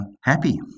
happy